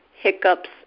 hiccups